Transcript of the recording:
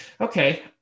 Okay